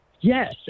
Yes